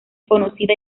conocida